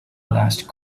last